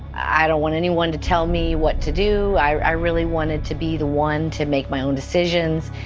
i don't want anyone to tell me what to do, i really wanted to be the one to make my own decisions,